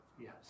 Yes